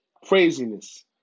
Craziness